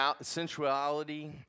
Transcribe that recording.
sensuality